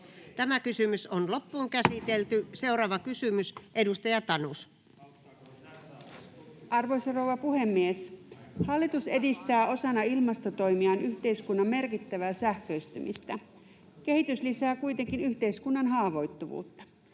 energiakriisiin (Sari Tanus kd) Time: 16:41 Content: Arvoisa rouva puhemies! Hallitus edistää osana ilmastotoimiaan yhteiskunnan merkittävää sähköistymistä. Kehitys lisää kuitenkin yhteiskunnan haavoittuvuutta.